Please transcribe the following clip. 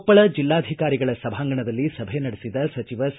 ಕೊಪ್ಪಳ ಜಿಲ್ಲಾಧಿಕಾರಿಗಳ ಸಭಾಂಗಣದಲ್ಲಿ ಸಭೆ ನಡೆಸಿದ ಸಚಿವ ಸಿ